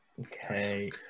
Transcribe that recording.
Okay